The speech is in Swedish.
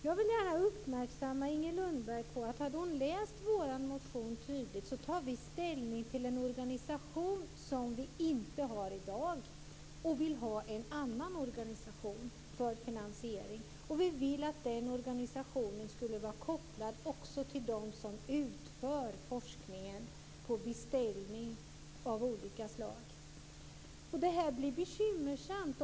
Jag vill gärna uppmärksamma Inger Lundberg på att om hon hade läst vår motion tydligt hade hon sett att vi tar ställning till en organisation som vi inte har i dag. Vi vill också ha en annan organisation för finansiering, och vi vill att den ska vara kopplad också till de som utför forskningen på beställning av olika slag. Detta blir bekymmersamt.